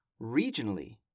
regionally